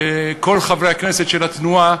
כל חברי הכנסת של התנועה,